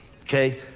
okay